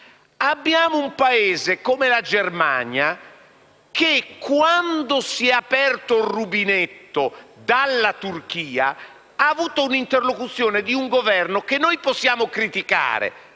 Abbiamo un Paese come la Germania, che quando si è aperto un rubinetto dalla Turchia, ha avuto un'interlocuzione con il governo Erdogan, che possiamo criticare